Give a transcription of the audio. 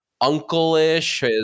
uncle-ish